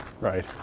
Right